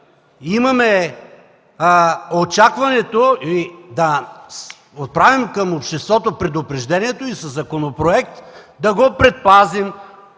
имаме очакването и отправяме към обществото предупреждението и с този законопроект – да го предпазим.